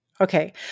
Okay